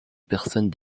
personnes